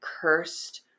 cursed